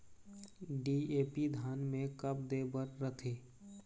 DAP धान मे कब दे बर रथे?